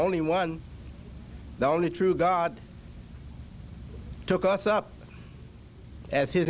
only one the only true god took us up as his